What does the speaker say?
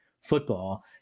football